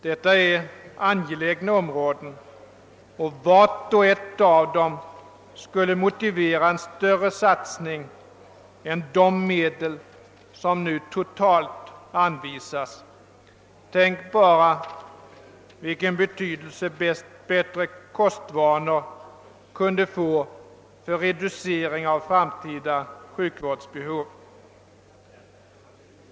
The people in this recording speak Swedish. Detta är angelägna områden, och vart och ett av dem skulle motivera en större satsning än de medel som nu totalt anvisas. Tänk bara vilken betydelse bättre kostvanor kunde få för en reducering av framtida sjukvårdsbehov.